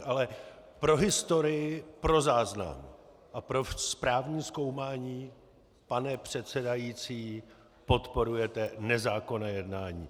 Ale pro historii, pro záznam a pro správní zkoumání pane předsedající, podporujete nezákonné jednání.